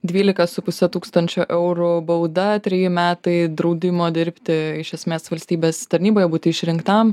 dvylika su puse tūkstančio eurų bauda treji metai draudimo dirbti iš esmės valstybės tarnyboje būti išrinktam